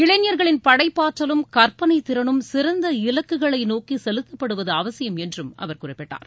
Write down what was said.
இளைஞர்களின் படைப்பாற்றலும் கற்பனை திறனும் சிறந்த இலக்குகளை நோக்கி செலுத்தப்படுவது அவசியம் என்றும் அவர் குறிப்பிட்டார்